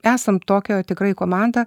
esam tokio tikrai komanda